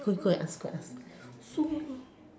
quick quick go and ask go and ask so long